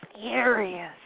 serious